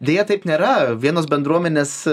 deja taip nėra vienos bendruomenės